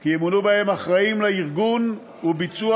כי ימונו בהם אחראים לארגון וביצוע